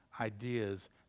ideas